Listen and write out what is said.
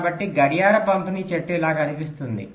కాబట్టి గడియార పంపిణీ చెట్టు ఇలా కనిపిస్తుంది